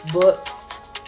books